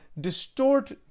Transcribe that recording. distort